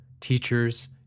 teachers